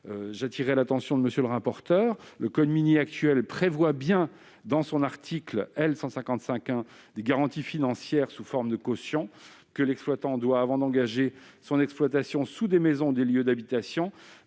J'attire votre attention, monsieur le rapporteur : le code minier actuel prévoit bien, dans son article L. 155-1, des garanties financières sous forme de cautions, que l'exploitant doit, avant d'engager son exploitation sous des maisons ou des lieux d'habitation,